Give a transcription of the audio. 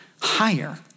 higher